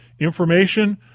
Information